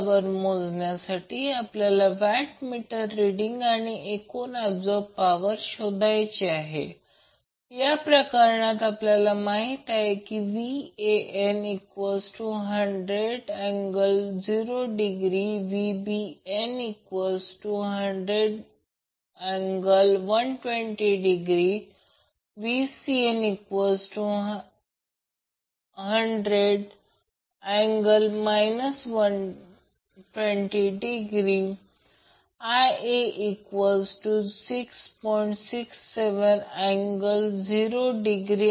परंतु वॅटमीटर प्रत्यक्षात म्हणून जर या गोष्टीसाठी या आकृतीसाठी जर वॅटमीटरमधे जे व्होल्टेज पाहतो ज्याला Vbc म्हणतात हा करंट येथे Ia आहे आणि ते Vbc आणि Ia दरम्यानचा अँगल घेईल कारण हे आहे की b ही फेजर कॉइल b c वर जोडल्यवर ते व्होल्टेज Vbc आणि Ia आणि Ia आणि Vbc मधील अँगल मोजते ज्याची आपल्याला गरज आहे